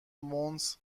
مونس